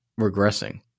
regressing